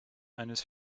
eines